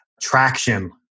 Traction